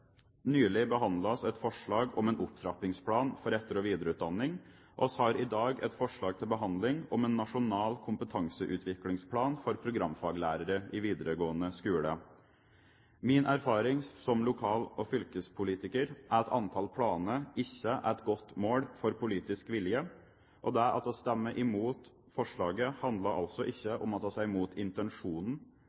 Nylig behandlet vi et forslag om en opptrappingsplan for etter- og videreutdanning, og vi har i dag et forslag til behandling om en nasjonal kompetanseutviklingsplan for programfaglærere i videregående skole. Min erfaring som lokal- og fylkespolitiker er at antall planer ikke er et godt mål på politisk vilje, og det at vi stemmer imot forslaget, handler ikke om at vi er imot intensjonen,